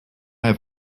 have